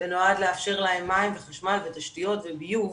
ונועד לאפשר להם מים וחשמל ותשתיות וביוב,